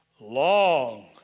long